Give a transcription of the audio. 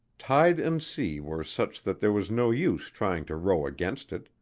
tide and sea were such that there was no use trying to row against it,